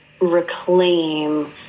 reclaim